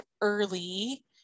early